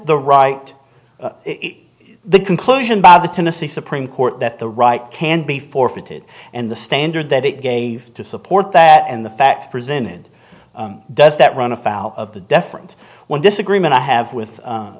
the right the conclusion by the tennessee supreme court that the right can be forfeited and the standard that it gave to support that and the facts presented does that run afoul of the deference one disagreement i have with